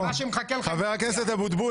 מה שמחכה לך --- חבר הכנסת אבוטבול